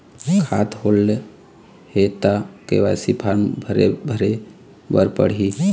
खाता होल्ड हे ता के.वाई.सी फार्म भरे भरे बर पड़ही?